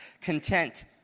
content